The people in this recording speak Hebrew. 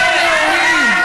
כל הנאורים,